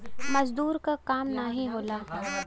मजदूर के काम नाही होला